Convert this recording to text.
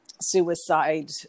suicide